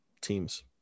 teams